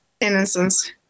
innocence